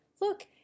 Look